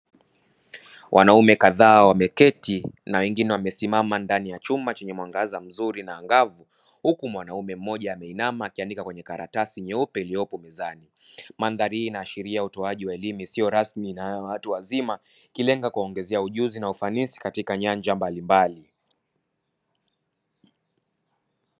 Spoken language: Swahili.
Wanaume kadhaa wameketi na wengine wamesimama ndani ya chumba chenye mwanga mzuri na angavu huku mwanaume mmoja ameinama akiandika kwenye karatasi nyeupe iliyopo mezani. Mandhari hii inaashiria utoaji wa elimu isiyo rasmi na ya watu wazima, ikilenga kuongezea ujuzi na ufanisi katika nyanja mbalimbali.